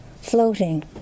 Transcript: floating